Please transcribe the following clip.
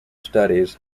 studies